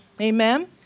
Amen